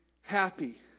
happy